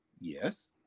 Yes